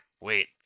wait